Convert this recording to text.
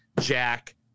Jack